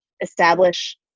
establish